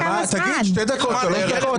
תגיד שתי דקות, שלוש דקות.